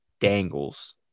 dangles